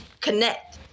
connect